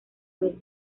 mes